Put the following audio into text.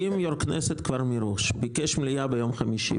אם יושב ראש הכנסת כבר מראש ביקש מליאה ביום חמישי,